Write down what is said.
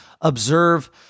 Observe